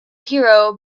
hero